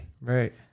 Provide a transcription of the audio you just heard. Right